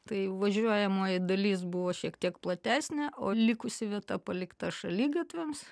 tai važiuojamoji dalis buvo šiek tiek platesnė o likusi vieta palikta šaligatviams